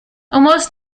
almost